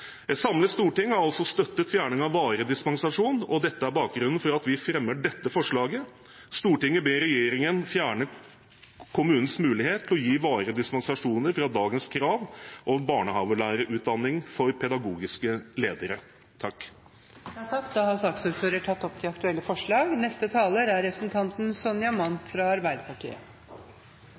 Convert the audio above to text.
Et samlet storting har også støttet fjerning av varig dispensasjon, og dette er bakgrunnen for at vi fremmer følgende forslag: «Stortinget ber regjeringen fjerne kommunens mulighet til å gi varige dispensasjoner fra dagens krav om barnehagelærerutdanning for pedagogiske ledere.» Representanten Geir Jørgen Bekkevold har tatt opp de